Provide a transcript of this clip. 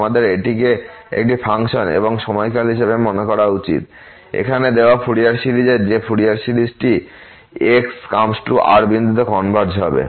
আমাদের এটিকে একটি ফাংশন এবং এর সময়কাল হিসাবে মনে করা উচিত এখানে দেওয়া ফুরিয়ার সিরিজে যে ফুরিয়ার সিরিজটি x∈R বিন্দুতে কনভারজ হবে